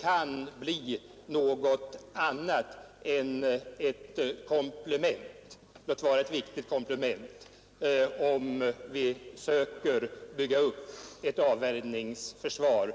kan bli något annat än ett — låt vara viktigt — komplement, när vi söker bygga upp ett avvärjningsförsvar.